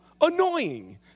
annoying